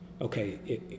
okay